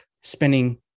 spending